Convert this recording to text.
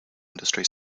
industry